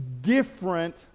different